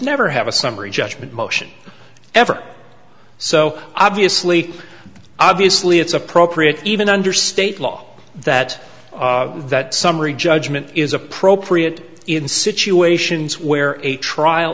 never have a summary judgment motion ever so obviously obviously it's appropriate even under state law that that summary judgment is appropriate in situations where a trial